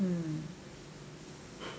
mm